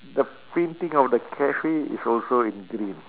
the painting of the cafe is also in green